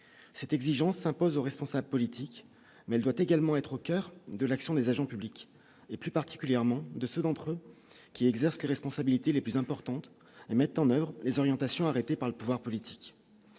c'est exigence, imposent aux responsables politiques, mais elle doit également être au coeur de l'action des agents publics et plus particulièrement de ceux d'entre qui exercent les responsabilités les plus importantes et mettent en oeuvre les orientations arrêtées par le pouvoir politique,